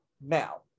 now